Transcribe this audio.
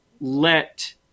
let